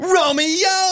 Romeo